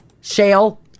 shale